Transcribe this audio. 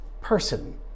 person